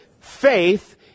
faith